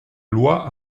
loi